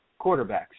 quarterbacks